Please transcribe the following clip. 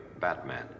Batman